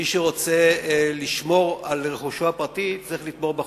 מי שרוצה לשמור על רכושו הפרטי, צריך לתמוך בחוק.